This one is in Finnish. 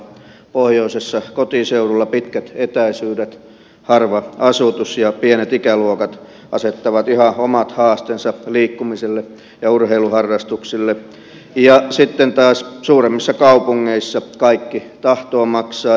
pohjoisessa kotiseudulla pitkät etäisyydet harva asutus ja pienet ikäluokat asettavat ihan omat haasteensa liikkumiselle ja urheiluharrastuksille ja sitten taas suuremmissa kaupungeissa kaikki tahtoo maksaa